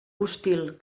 hostil